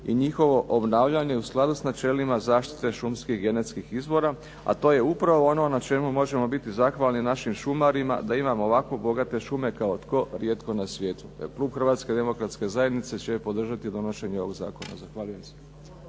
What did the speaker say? i njihovo obnavljanje u skladu s načelima zaštite šumskih genetskih izvora, a to je upravo ono na čemu možemo biti zahvalni našim šumarima da imamo ovako bogate šume kao tko rijetko na svijetu. Klub Hrvatske demokratske zajednice će podržati donošenje ovog zakona. Zahvaljujem se.